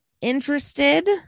interested